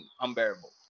unbearable